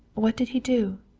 what did he do?